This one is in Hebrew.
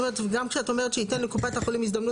זאת אומרת גם כשאת אומרת ש'ייתן לקופת החולים הזדמנות